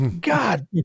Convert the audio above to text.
God